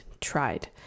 tried